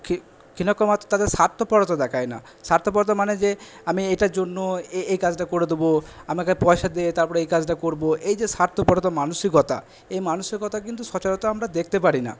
তাদের স্বার্থপরতা দেখায় না স্বার্থপরতা মানে যে আমি এটার জন্য এ কাজটা করে দেবো আমাকে পয়সা দে তারপর এই কাজটা করবো এই যে স্বার্থপরতা মানসিকতা এই মানসিকতা কিন্তু সচারাচর আমরা দেখতে পারি না